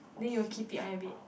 then you will keep it on your bed